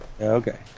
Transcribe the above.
Okay